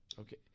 Okay